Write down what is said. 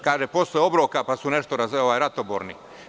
Kaže – posle obroka, pa su nešto ratoborni.